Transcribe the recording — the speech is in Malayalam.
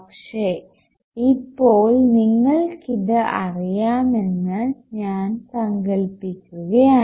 പക്ഷേ ഇപ്പോൾ നിങ്ങൾക്കിത് അറിയാമെന്ന് ഞാൻ സങ്കൽപ്പിക്കുകയാണ്